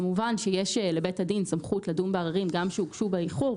כמובן שיש לבין הדין סמכות לדון בערערים גם כשהוגשו באיחור,